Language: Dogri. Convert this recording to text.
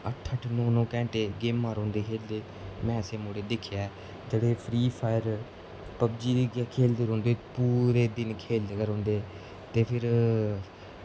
अट्ठ अट्ठ नौ नौ घैंटे गेमां रौंह्दे खेलदे में ऐसे मुड़े दिक्खे ऐ जेह्ड़े फ्री फायर पबजी गै खेलदे रौंह्दे पूरे दिन खेलदे गै रौंह्दे ते फिर